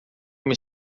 uma